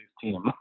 team